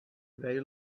they